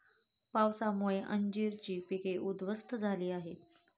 पावसामुळे अंजीराची पिके उध्वस्त झाली आहेत